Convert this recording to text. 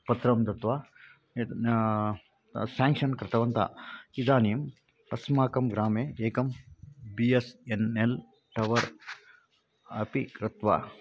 पत्रं दत्वा साङ्क्षन् कृतवन्तः इदानीम् अस्माकं ग्रामे एकं B S N L tower अपि कृत्वा